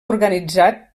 organitzat